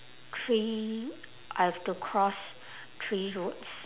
three I have to cross three roads